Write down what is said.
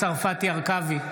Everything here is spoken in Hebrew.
הרכבי,